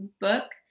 book